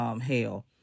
hail